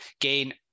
gain